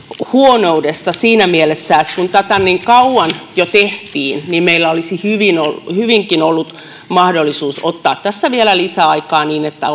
huonoudesta siinä mielessä kun tätä niin kauan jo tehtiin meillä olisi hyvinkin ollut mahdollisuus ottaa tässä vielä lisäaikaa niin että